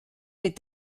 les